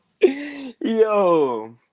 Yo